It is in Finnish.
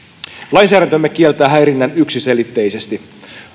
lainsäädäntömme kieltää häirinnän yksiselitteisesti